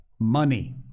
Money